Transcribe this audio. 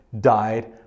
died